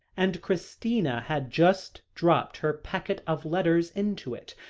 and christina had just dropped her packet of letters into it,